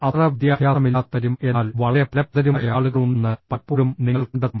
അത്ര വിദ്യാഭ്യാസമില്ലാത്തവരും എന്നാൽ വളരെ ഫലപ്രദരുമായ ആളുകൾ ഉണ്ടെന്ന് പലപ്പോഴും നിങ്ങൾ കണ്ടെത്തും